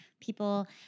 people